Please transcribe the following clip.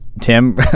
Tim